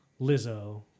Lizzo